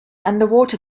underwater